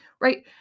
right